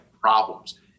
problems